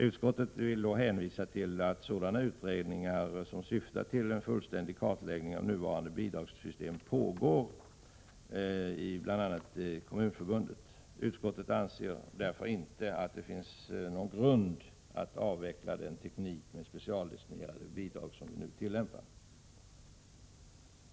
Utskottet hänvisar till att utredningar som syftar till en fullständig kartläggning av nuvarande bidragssystem pågår i bl.a. Kommun förbundet. Utskottet anser därför inte att det finns någon grund för att avveckla den teknik med specialdestinerade bidrag som nu tillämpas.